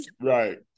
Right